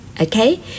Okay